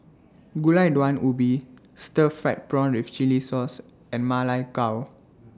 Gulai Daun Ubi Stir Fried Prawn with Chili Sauce and Ma Lai Gao